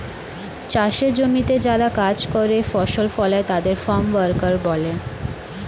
চাষের জমিতে যারা কাজ করে, ফসল ফলায় তাদের ফার্ম ওয়ার্কার বলে